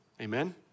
Amen